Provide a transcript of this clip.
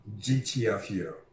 gtfu